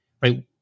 right